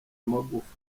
amagufwa